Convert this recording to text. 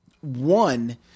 One